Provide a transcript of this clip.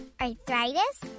arthritis